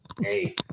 Hey